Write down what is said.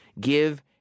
Give